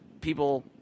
people –